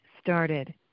started